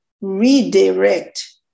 redirect